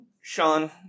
Sean